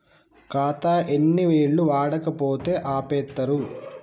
ఖాతా ఎన్ని ఏళ్లు వాడకపోతే ఆపేత్తరు?